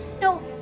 No